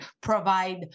provide